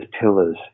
pillars